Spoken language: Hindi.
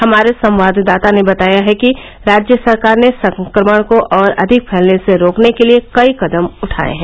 हमारे संवाददाता ने बताया है कि राज्य सरकार ने संक्रमण को और अधिक फैलने से रोकने के लिए कई कदम उठाए हैं